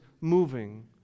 moving